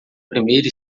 primeira